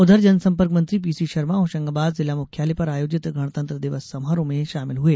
उधर जनसंपर्क मंत्री पीसीशर्मा होशंगाबाद जिला मुख्यालय पर आयोजित गणतंत्र दिवस समारोह में शामिल हुए